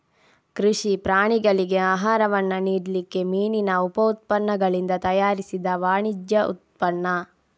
ಕೃಷಿ ಪ್ರಾಣಿಗಳಿಗೆ ಆಹಾರವನ್ನ ನೀಡ್ಲಿಕ್ಕೆ ಮೀನಿನ ಉಪ ಉತ್ಪನ್ನಗಳಿಂದ ತಯಾರಿಸಿದ ವಾಣಿಜ್ಯ ಉತ್ಪನ್ನ